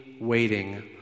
waiting